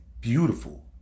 beautiful